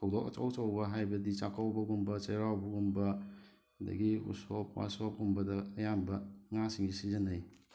ꯊꯧꯗꯣꯛ ꯑꯆꯧ ꯑꯆꯧꯕ ꯍꯥꯏꯕꯗꯤ ꯆꯥꯀꯧꯕꯒꯨꯝꯕ ꯆꯩꯔꯥꯎꯕꯒꯨꯝꯕ ꯑꯗꯒꯤ ꯎꯁꯣꯞ ꯋꯥꯁꯣꯞꯀꯨꯝꯕꯗ ꯑꯌꯥꯝꯕ ꯉꯥꯁꯤꯡ ꯁꯤꯖꯤꯟꯅꯩ